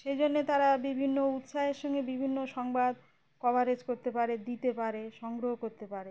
সেই জন্যে তারা বিভিন্ন উৎসাহের সঙ্গে বিভিন্ন সংবাদ কভারেজ করতে পারে দিতে পারে সংগ্রহ করতে পারে